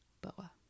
Boa